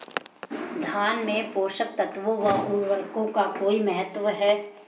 धान में पोषक तत्वों व उर्वरक का कोई महत्व है?